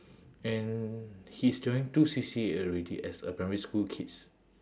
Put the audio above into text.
and he's joining two C_C_A already as a primary school kids